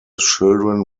children